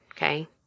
Okay